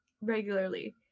regularly